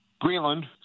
Greenland